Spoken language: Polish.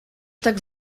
tak